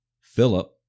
Philip